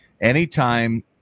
anytime